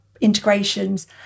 integrations